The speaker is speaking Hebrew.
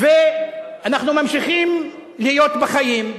ואנחנו ממשיכים להיות בחיים,